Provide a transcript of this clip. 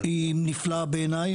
היא מופלאה בעיניי,